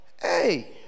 Hey